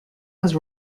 was